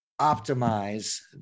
optimize